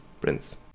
Prince